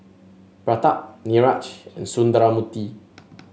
Pratap Niraj and Sundramoorthy